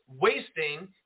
wasting